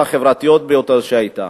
החברתיות ביותר שהיו.